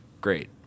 Great